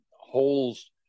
holes